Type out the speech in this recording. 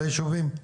מיכל.